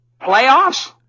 Playoffs